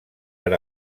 per